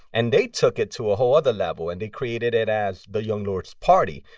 and they took it to a whole other level. and they created it as the young lords party.